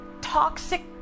toxic